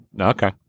Okay